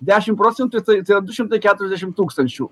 dešim procentų tai tie du šimtai keturiasdešim tūkstančių